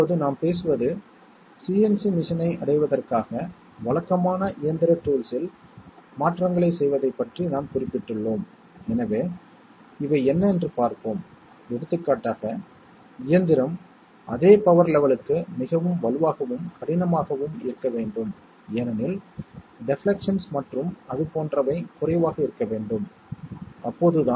இப்போது B AND C' OR B' AND C என்பது B XOR C ஐத் தவிர வேறில்லை எனவே கடைசி அடைப்புக்குறியிடப்பட்ட சொல் B XOR C ஆகவும் 1 வது அடைப்புக்குறியிடப்பட்ட சொல் B AND C OR B' AND C ஆனது B XOR C இன் காம்ப்ளிமென்ட் தவிர வேறில்லை